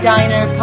Diner